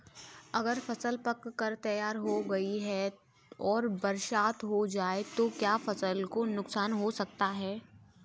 अगर फसल पक कर तैयार हो गई है और बरसात हो जाए तो क्या फसल को नुकसान हो सकता है?